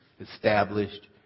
established